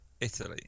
Italy